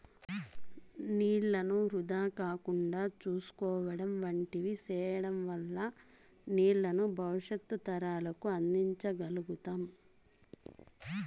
నీళ్ళను వృధా కాకుండా చూసుకోవడం వంటివి సేయడం వల్ల నీళ్ళను భవిష్యత్తు తరాలకు అందించ గల్గుతాం